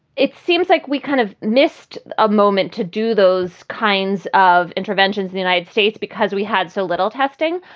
it seems like we kind of missed a moment to do those kinds of interventions. the united states, because we had so little testing,